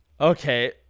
Okay